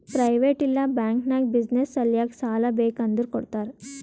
private ಇಲ್ಲಾ bank ನಾಗ್ business ಸಲ್ಯಾಕ್ ಸಾಲಾ ಬೇಕ್ ಅಂದುರ್ ಕೊಡ್ತಾರ್